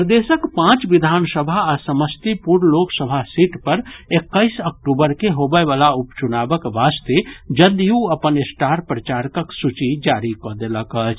प्रदेशक पांच विधानसभा आ समस्तीपुर लोकसभा सीट पर एक्कैस अक्टूबर के होबय वला उपचुनावक वास्ते जदयू अपन स्टार प्रचारकक सूची जारी कऽ देलक अछि